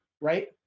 right